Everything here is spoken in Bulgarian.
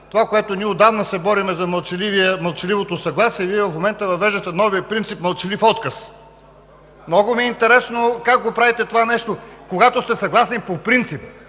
това, за което ние отдавна се борим – за мълчаливото съгласие, Вие в момента въвеждате новия принцип „мълчалив отказ“. Много ми е интересно как го правите това нещо, когато сте съгласни по принцип.